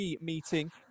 meeting